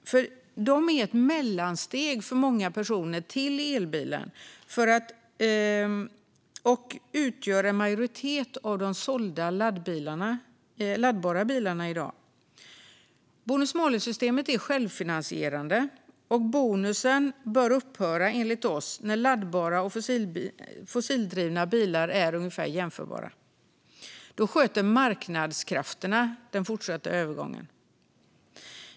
De är för många personer ett mellansteg till elbilen och utgör en majoritet av de sålda laddbara bilarna i dag. Bonus-malus-systemet är självfinansierande. Bonusen bör enligt oss upphöra när laddbara och fossildrivna bilar är ungefär jämförbara. Då sköter marknadskrafterna den fortsatta övergången.